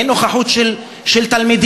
אין נוכחות של תלמידים.